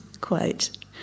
quote